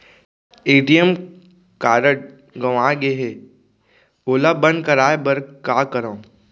ATM card गंवा गे है ओला बंद कराये बर का करंव?